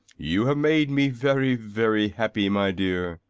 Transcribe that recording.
you have made me very, very happy, my dear!